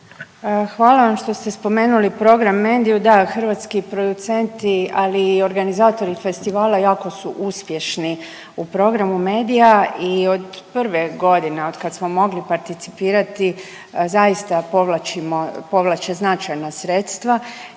Hvala vam što ste spomenuli program Mediju. Da, hrvatski producenti ali i organizatori festivala jako su uspješni u programu Medija i od prve godine od kad smo mogli participirati zaista povlače značajna sredstva